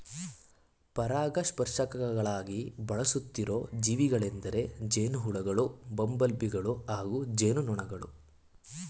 ಪರಾಗಸ್ಪರ್ಶಕಗಳಾಗಿ ಬಳಸುತ್ತಿರೋ ಜೀವಿಗಳೆಂದರೆ ಜೇನುಹುಳುಗಳು ಬಂಬಲ್ಬೀಗಳು ಹಾಗೂ ಜೇನುನೊಣಗಳು